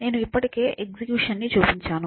నేను ఇప్పటికే ఎగ్జిక్యూషన్ ని చూపించాను